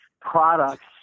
products